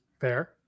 Fair